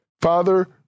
Father